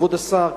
כבוד השר,